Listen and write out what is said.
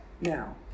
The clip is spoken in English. now